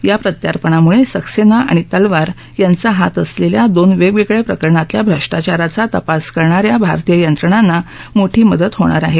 या प्रत्यार्पणामुळे सक्सेना आणि तलवार यांचा हात असलेल्या दोन वेगवेगळ्या प्रकरणातल्या भ्रष्टाचाराचा तपास करणा या भारतीय यंत्रणांना मोठी मदत होणार आहे